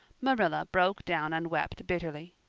marilla broke down and wept bitterly.